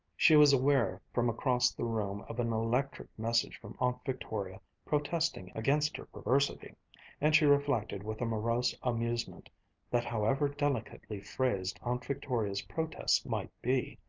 she was aware from across the room of an electric message from aunt victoria protesting against her perversity and she reflected with a morose amusement that however delicately phrased aunt victoria's protests might be,